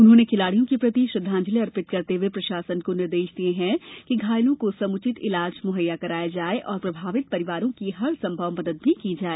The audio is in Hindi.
उन्होंने खिलाड़ियों के प्रति श्रद्वांजलि अर्पित करते हुए प्रशासन को निर्देश दिए हैं कि घायलों को समुचित इलाज मुहैया कराया जाए और प्रभावित परिवारों की हरसंभव मदद भी की जाए